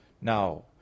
Now